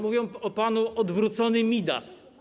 Mówią o panu odwrócony Midas.